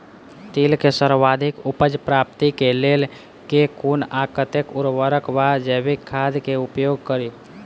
तिल केँ सर्वाधिक उपज प्राप्ति केँ लेल केँ कुन आ कतेक उर्वरक वा जैविक खाद केँ उपयोग करि?